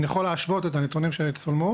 אני יכול להשוות את הנתונים שצולמו